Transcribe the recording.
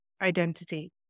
identity